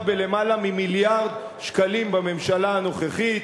בלמעלה ממיליארד שקלים בממשלה הנוכחית.